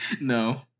No